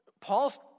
Paul's